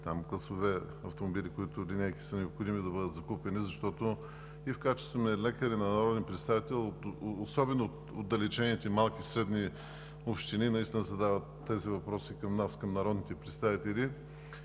класове автомобили, линейки, които е необходимо да бъдат закупени, защото в качеството ми и на лекар, и на народен представител от отдалечените малки и средни общини наистина задават тези въпроси към нас, народните представители,